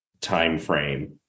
timeframe